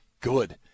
good